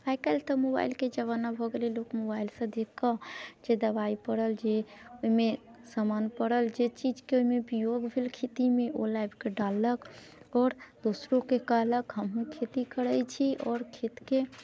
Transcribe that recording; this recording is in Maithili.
आइ कल्हि तऽ मोबाइलके जबाना भऽ गेलैया लोक मोबाइलसँ देखिकऽ जे दवाइ पड़ल से ओहिमे समान पड़ल जे चीजके ओहिमे उपयोग भेल खेतीमे ओ लाबि कऽ डाललक आओर दोसरोके कहलक हमहुँ खेती करैत छी आओर खेतके